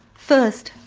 first,